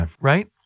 right